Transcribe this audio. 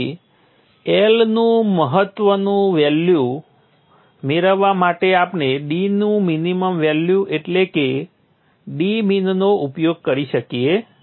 તેથી L નું મહત્તમ વેલ્યુ મેળવવા માટે આપણે d નું મિનિમમ વેલ્યુ એટલે કે d min નો ઉપયોગ કરી શકીએ